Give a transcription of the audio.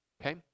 Okay